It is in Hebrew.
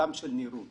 גם הנראות